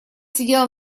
сидела